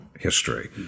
history